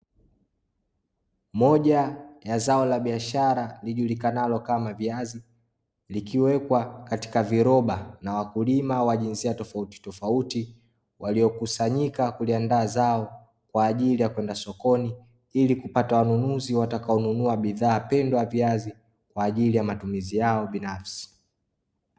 Moja ya zao la biashara lijulilanalo kama viazi, likiwekwa katika viroba, na wakulima wa jinsia tofauti tofauti waliokusanyika kuliandaa zao kwa ajili ya kwenda sokoni, ili kupata wanunuzi watakaonunua bidhaa pendwa ya viazi kwa ajili ya matumizi yao binafsi.